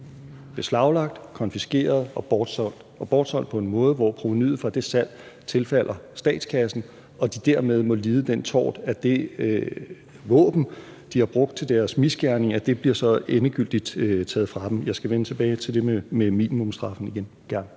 beslaglagt, konfiskeret og bortsolgt, og bortsolgt på en måde, hvor provenuet for det salg tilfalder statskassen, og de dermed må lide den tort, at det våben, de har brugt til deres misgerning, så endegyldigt bliver taget fra dem. Jeg skal gerne vende tilbage til det med minimumsstraffen.